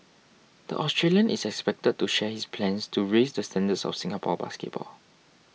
the Australian is expected to share his plans to raise the standards of Singapore basketball